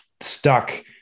stuck